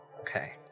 Okay